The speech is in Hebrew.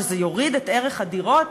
שזה יוריד את ערך הדירות,